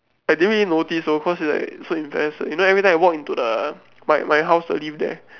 I didn't really notice though cause is like so invest you know every time I walk into the my my house the lift there